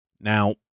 Now